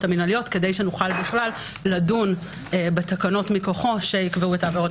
המנהליות כדי שנוכל בכלל לדון בתקנות מכוחו שיקבעו את העבירות